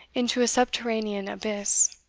into a subterranean abyss.